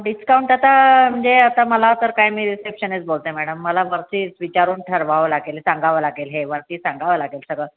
discount आता म्हणजे आता मला तर काय मी रिसेप्शनीस्ट बोलते आहे मॅडम मला वरती विचारून ठरवावं लागेल सांगावं लागेल हे वरती सांगावं लागेल सगळं